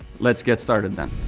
let's get started then.